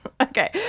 Okay